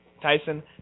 Tyson